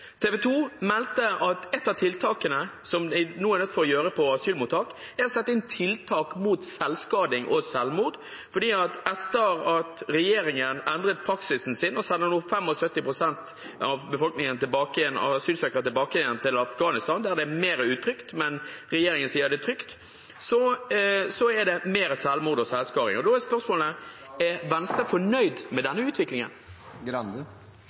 meldte at ett av tiltakene som vi nå er nødt til å gjøre ved asylmottak, er å sette inn tiltak mot selvskading og selvmord, for etter at regjeringen endret praksisen sin og nå sender 75 pst. av asylsøkerne tilbake igjen til Afghanistan – der det er mer utrygt, men regjeringen sier det er trygt – er det flere selvmordsforsøk og mer selvskading. Da er spørsmålet: Er Venstre fornøyd med denne utviklingen?